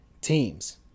teams